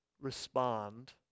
respond